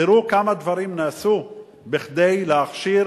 תראו כמה דברים נעשו כדי להכשיר